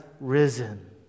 risen